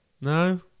No